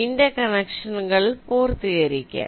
Inter കണക്ഷനുകൾ പൂർത്തിയാക്കാൻ